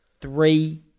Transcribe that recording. Three